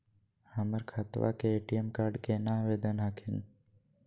हमर खतवा के ए.टी.एम कार्ड केना आवेदन हखिन?